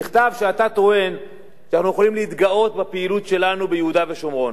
בעיתון נכתב שאנחנו יכולים להתגאות בפעילות שלנו ביהודה ושומרון,